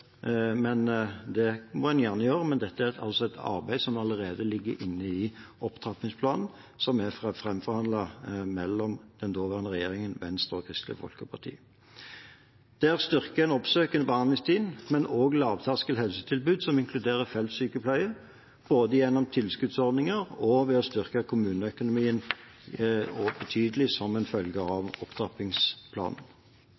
Det må en gjerne gjøre, men dette er altså et arbeid som allerede ligger inne i opptrappingsplanen, som ble framforhandlet mellom den daværende regjeringen og Venstre og Kristelig Folkeparti. Der styrker en de oppsøkende behandlingsteam, men også lavterskel helsetilbud, som inkluderer feltsykepleie, både gjennom tilskuddsordninger og ved å styrke kommuneøkonomien betydelig, som en følge